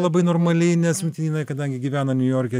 labai normaliai nes mat jinai kadangi gyvena niujorke